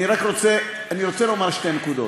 אני רוצה לומר שתי נקודות.